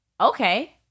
okay